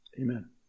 Amen